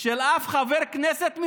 של שום חברת כנסת,